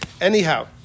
Anyhow